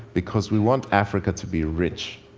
because we want africa to be rich.